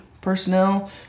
personnel